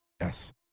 Yes